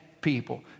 people